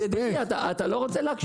ידידי, אתה לא רוצה להקשיב.